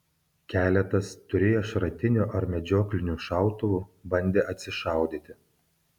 keletas turėję šratinių ar medžioklinių šautuvų bandė atsišaudyti